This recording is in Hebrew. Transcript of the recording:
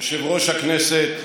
יושב-ראש הכנסת,